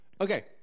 Okay